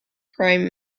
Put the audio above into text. prime